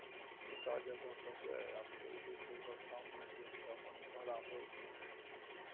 ऊँचा जगहपर जाय आ फेर जे छै ओकर शाममे जे छै अपन घर आबैत रहय